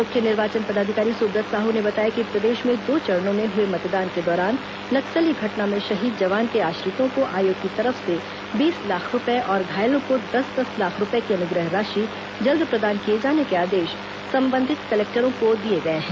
मुख्य निर्वाचन पदाधिकारी सुब्रत साहू ने बताया कि प्रदेश में दो चरणों में हुए मतदान के दौरान नक्सली घटना में शहीद जवान के आश्रितों को आयोग की तरफ से बीस लाख रूपए और घायलों को दस दस लाख रूपए की अनुग्रह राशि जल्द प्रदान किए जाने के आदेश संबंधित कलेक्टरों को दिए गए हैं